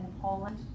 Poland